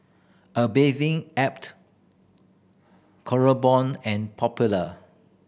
A Bathing Ape and Popular